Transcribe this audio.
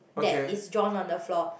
that is drawn on the floor